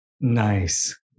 Nice